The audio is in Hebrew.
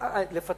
לפטר.